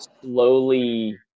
slowly